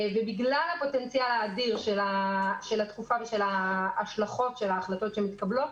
בגלל הפוטנציאל האדיר של התקופה ושל ההשלכות של ההחלטות שמתקבלות